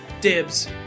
Dibs